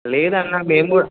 లేదన్న మేము కూడా